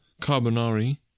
Carbonari